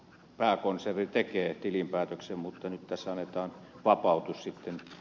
pääkonserni tekee tilinpäätöksen mutta nyt tässä annetaan vapautus sitten